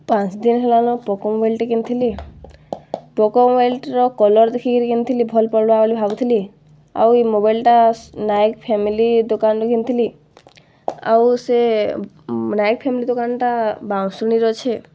ପାଞ୍ଚ୍ ଦିନ୍ ହେଲାନ ପୋକୋ ମୋବାଇଲ୍ଟେ କିଣିଥିଲି ପୋକୋ ମୋବାଇଲ୍ର କଲର୍ ଦେଖିକିରି କିଣିଥିଲି ଭଲ୍ ପଡ଼୍ବା ବୋଲି ଭାବୁଥିଲି ଆଉ ଇ ମୋବାଇଲ୍ଟା ନାଏକ୍ ଫେମିଲି ଦୋକାନ୍ରୁ ଘିନିଥିଲି ଆଉ ସେ ନାଏକ୍ ଫେମିଲି ଦୋକାନ୍ଟା ବାଉଁଶୁଣିରେ ଅଛେ